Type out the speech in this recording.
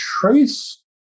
trace